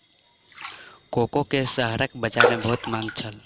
cocoa के शहरक बजार में बहुत मांग छल